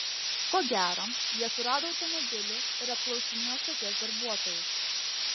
ko gero jie surado automobilį ir apklausinėjo stoties darbuotojus